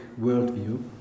worldview